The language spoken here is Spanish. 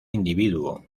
individuo